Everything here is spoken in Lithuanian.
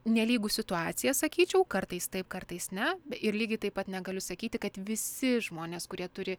nelygu situacija sakyčiau kartais taip kartais ne ir lygiai taip pat negaliu sakyti kad visi žmonės kurie turi